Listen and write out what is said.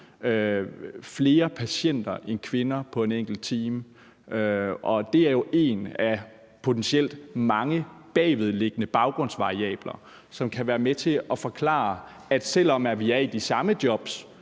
flere patienter end kvinder på en enkelt time, og det er jo en af potentielt mange bagvedliggende baggrundsvariabler, som kan være med til at forklare, at selv om vi er i de samme jobs,